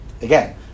again